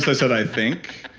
so said, i think,